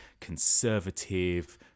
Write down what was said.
conservative